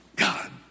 God